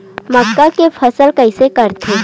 मक्का के फसल कइसे करथे?